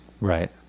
Right